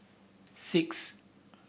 six